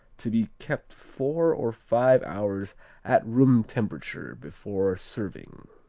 to be kept four or five hours at room temperature before serving.